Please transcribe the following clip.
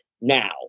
now